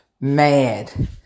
mad